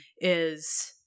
is-